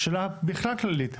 שאלה בכלל כללית,